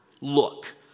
Look